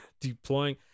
deploying